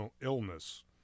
illness